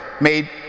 made